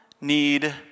need